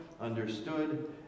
understood